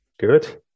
Good